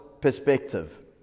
perspective